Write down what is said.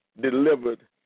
delivered